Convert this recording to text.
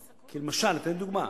למשל, אתן דוגמה: